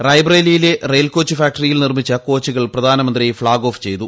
റായ്ബ്രേലിയിലെ rail coach ഫാക്ടറിയിൽ നിർമ്മിച്ച കോച്ചുകൾ പ്രധാനമന്ത്രി ഫ്ളാഗ് ഓഫ് ചെയ്തു